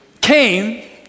came